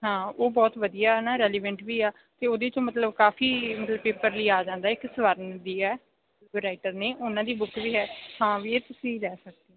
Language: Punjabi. ਹਾਂ ਉਹ ਬਹੁਤ ਵਧੀਆ ਹੈ ਨਾ ਰੈਲੀਵੈਂਟ ਵੀ ਆ ਅਤੇ ਉਹਦੇ ਚੋਂ ਮਤਲਬ ਕਾਫ਼ੀ ਮਤਲਬ ਪੇਪਰ ਲਈ ਆ ਜਾਂਦਾ ਹੈ ਇੱਕ ਸਵਰਨ ਦੀ ਆ ਜੋ ਰਾਈਟਰ ਨੇ ਉਹਨਾਂ ਦੀ ਬੁੱਕ ਵੀ ਹੈ ਹਾਂ ਵੀ ਇਹ ਤੁਸੀਂ ਲੈ ਸਕਦੇ